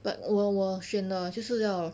but 我我选了就是要